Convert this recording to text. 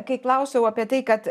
kai klausiau apie tai kad